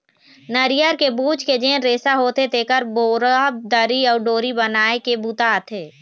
नरियर के बूच के जेन रेसा होथे तेखर बोरा, दरी अउ डोरी बनाए के बूता आथे